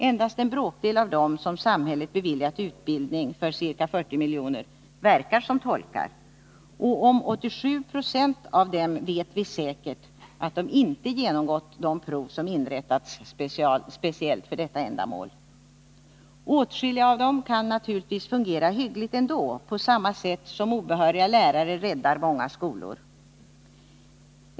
Endast en bråkdel av dem som samhället beviljat utbildning för ca 40 miljoner verkar som tolkar, och om 87 96 av dem vet vi säkert att de inte genomgått de prov som inrättats speciellt för detta ändamål. Åtskilliga av dem kan naturligtvis fungera hyggligt ändå, på samma sätt som obehöriga lärare räddar många skolor.